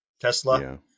tesla